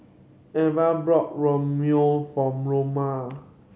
Eve bought Ramyeon for Loma